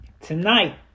Tonight